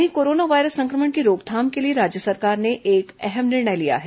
वहीं corona virus संक्रमण की रोकथाम के लिए राज्य सरकार ने एक अहम निर्णय लिया है